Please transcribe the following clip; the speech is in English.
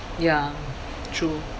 ya true